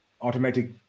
automatic